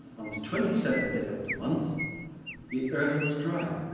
on the twenty seventh day of the month the earth was dry.